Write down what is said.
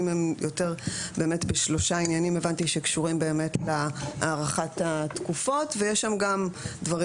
בשלושה עניינים שקשורים להארכת התקופות ויש גם דברים